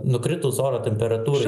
nukritus oro temperatūrai